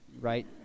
right